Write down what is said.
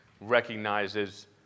recognizes